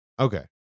okay